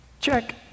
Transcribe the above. Check